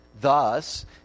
thus